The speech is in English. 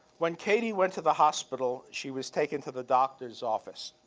when katie went to the hospital, she was taken to the doctor's office.